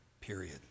period